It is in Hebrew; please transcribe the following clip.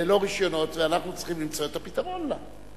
ללא רשיונות, ואנחנו צריכים למצוא את הפתרון לה.